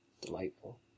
delightful